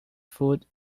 food